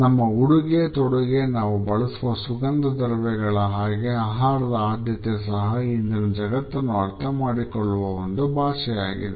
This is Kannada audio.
ನಮ್ಮ ಉಡುಗೆ ತೊಡುಗೆ ನಾವು ಬಳಸುವ ಸುಗಂಧದ್ರವ್ಯಗಳ ಹಾಗೆ ಆಹಾರದ ಆದ್ಯತೆ ಸಹ ಇಂದಿನ ಜಗತ್ತನ್ನು ಅರ್ಥಮಾಡಿಕೊಳ್ಳುವ ಒಂದು ಭಾಷೆಯಾಗಿದೆ